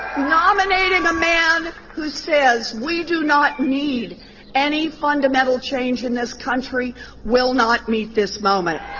nominating a man who says we do not need any fundamental change in this country will not meet this moment.